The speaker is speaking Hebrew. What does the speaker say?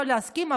לא להסכים,